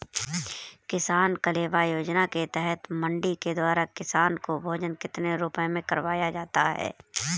किसान कलेवा योजना के तहत मंडी के द्वारा किसान को भोजन कितने रुपए में करवाया जाता है?